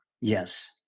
Yes